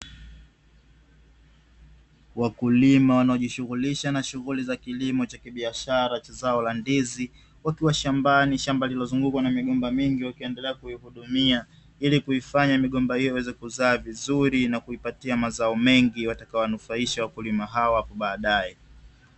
Wakulima wanaojishughulisha na kilimo cha biashara cha zao la ndizi, wakiwa shambani shamba lililozungukwa na migomba mingi wakiendelea kuihudumia, ili kuifanya migomba hiyo iweze kuzaa vizuri na kuipatia mazao mengi yatakayo wanufaisha wakulima hao hapo badae.